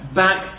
back